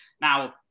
Now